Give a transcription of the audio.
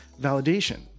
validation